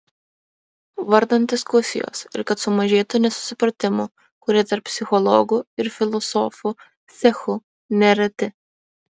vardan diskusijos ir kad sumažėtų nesusipratimų kurie tarp psichologų ir filosofų cechų nereti